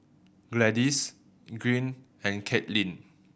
Gladis Greene and Caitlynn